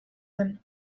zen